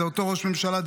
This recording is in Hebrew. זה אותו ראש ממשלה,